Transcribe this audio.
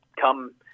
come